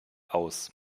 aus